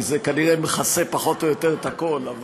כי זה כנראה מכסה פחות או יותר את הכול.